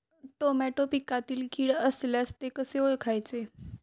Tomato पिकातील कीड असल्यास ते कसे ओळखायचे?